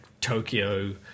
Tokyo